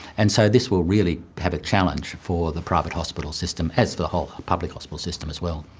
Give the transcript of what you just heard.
and so this will really have a challenge for the private hospital system, as for the whole public hospital system as well.